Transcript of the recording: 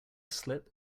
slip